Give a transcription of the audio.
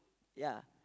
ya